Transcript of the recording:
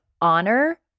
honor